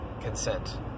Consent